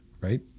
Right